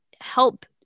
help